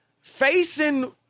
facing